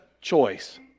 choice